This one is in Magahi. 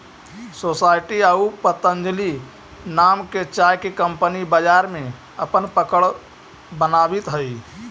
सोसायटी आउ पतंजलि नाम के चाय के कंपनी बाजार में अपन पकड़ बनावित हइ